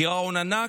גירעון ענק,